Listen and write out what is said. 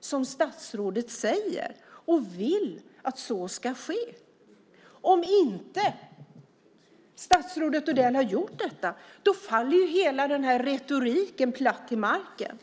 som statsrådet säger och vill att de ska ske? Om statsrådet Odell inte har gjort detta faller hela retoriken platt till marken.